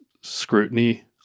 scrutiny